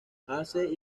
ace